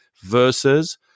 versus